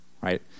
right